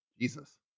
Jesus